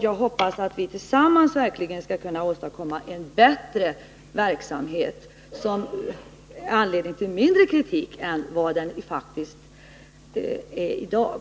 Jag hoppas att vi tillsammans verkligen skall kunna åstadkomma en bättre verksamhet, som ger anledning till mindre kritik än vad den faktiskt gör i dag.